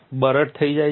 બરડ થઈ જાય છે